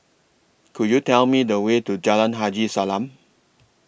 Could YOU Tell Me The Way to Jalan Haji Salam